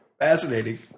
Fascinating